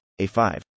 A5